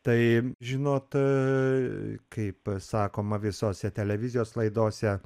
tai žinot kaip sakoma visose televizijos laidose